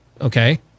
okay